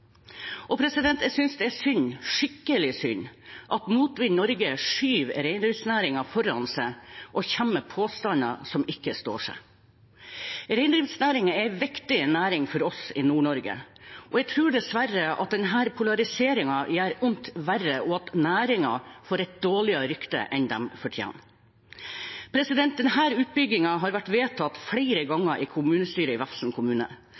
Jeg synes det er synd, skikkelig synd, at Motvind Norge skyver reindriftsnæringen foran seg og kommer med påstander som ikke står seg. Reindriftsnæringen er en viktig næring for oss i Nord-Norge, og jeg tror dessverre at denne polariseringen gjør vondt verre, og at næringen får et dårligere rykte enn den fortjener. Denne utbyggingen har vært vedtatt flere ganger i kommunestyret i Vefsn kommune,